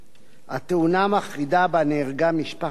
התאונה המחרידה שבה נהרגה משפחת אטיאס,